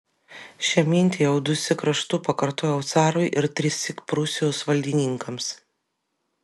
šią mintį jau dusyk raštu pakartojau carui ir trissyk prūsijos valdininkams